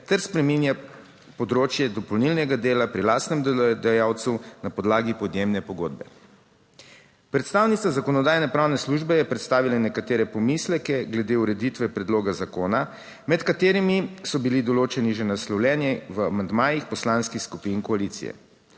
ter spreminja področje dopolnilnega dela pri lastnem delodajalcu na podlagi podjemne pogodbe. Predstavnica Zakonodajno-pravne službe je predstavila nekatere pomisleke glede ureditve predloga zakona, med katerimi so bili določeni že naslovljeni v amandmajih poslanskih skupin koalicije.